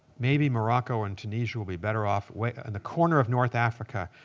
maybe morocco and tunisia will be better off, and the corner of north africa,